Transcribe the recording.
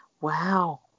Wow